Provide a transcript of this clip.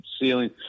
ceiling